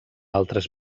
altres